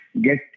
get